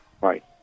Right